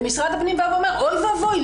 ומשרד הפנים בא ואומר: אוי ואבוי,